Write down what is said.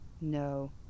No